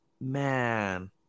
Man